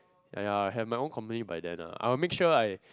!aiya! I will have my own community by then I will make sure I